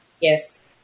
Yes